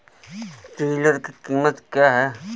Tiller की कीमत क्या है?